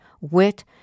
wit